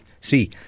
See